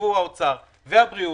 יישבו משרדי האוצר והבריאות,